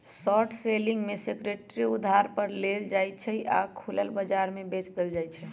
short selling में security उधार पर लेल जाइ छइ आऽ खुलल बजार में बेच देल जाइ छइ